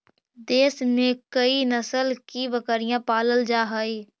देश में कई नस्ल की बकरियाँ पालल जा हई